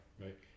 Right